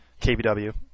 KBW